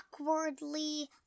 awkwardly